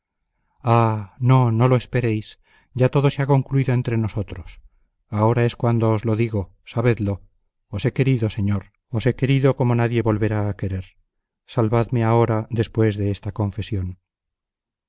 ah no no lo esperéis ya todo se ha concluido entre nosotros ahora es cuando os lo digo sabedlo os he querido señor os he querido como nadie volverá a querer salvadme ahora después de esta confesión